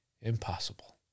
impossible